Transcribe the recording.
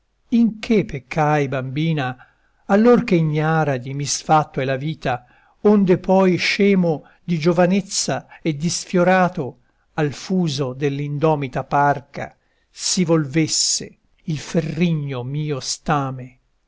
in che peccai bambina allor che ignara di misfatto è la vita onde poi scemo di giovanezza e disfiorato al fuso dell'indomita parca si volvesse il ferrigno mio stame